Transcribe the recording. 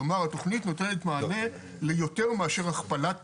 כלומר, התכנית נותנת מענה ליותר מאשר הכפלת